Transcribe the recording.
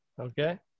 Okay